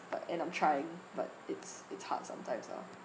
but and I'm trying but it's it's hard sometimes lah